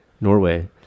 Norway